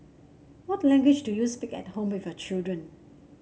what language do you speak at home with your children